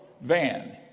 van